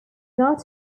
not